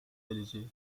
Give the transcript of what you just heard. geleceği